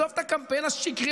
צריך לשמור